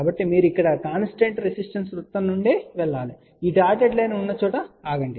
కాబట్టి మీరు ఇక్కడ కాన్స్టెంట్ రెసిస్టెన్స్ వృత్తం నుండి వెళ్లాలి ఈ డాటెడ్ లైన్ ఉన్న చోట ఆగండి